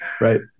Right